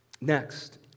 Next